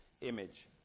image